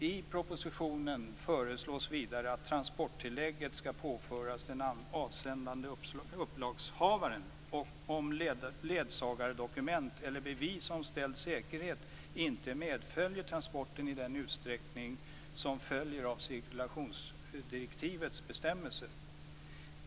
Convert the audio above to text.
I propositionen föreslås vidare att transporttillägget skall påföras den avsändande upplagshavaren om ledsagardokument eller bevis om ställd säkerhet inte medföljer transporten i den utsträckning som följer av cirkulationsdirektivets bestämmelser.